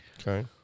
Okay